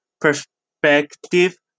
perspective